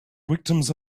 victims